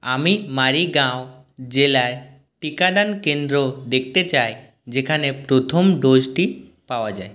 আমি মারিগাঁও জেলায় টিকাদান কেন্দ্র দেখতে চাই যেখানে প্রথম ডোজটি পাওয়া যায়